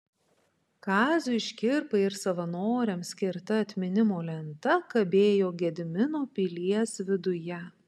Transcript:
kaziui škirpai ir savanoriams skirta atminimo lenta kabėjo gedimino pilies viduje